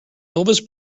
elvis